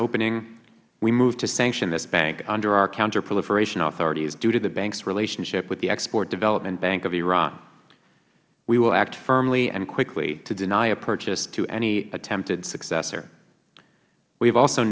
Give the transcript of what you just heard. opening we moved to sanction this bank under our counterproliferation authorities due to the bank's relationship with the export development bank of iran we will act firmly and quickly to deny a purchase to any attempted successor we have also